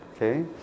Okay